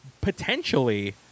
potentially